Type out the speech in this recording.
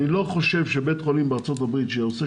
אני לא חושב שבית חולים בארצות הברית שעושה